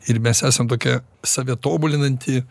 ir mes esam tokia save tobulinanti